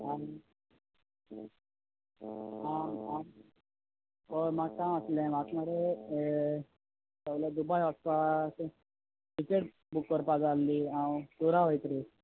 आं आं आं होय म्हाका काम आसलें म्हाका मोरे पयलें दुबोय वचपाक टिकेट बूक कोरपा जाय आसली हांव टूरा वोयता रे